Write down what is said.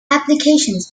applications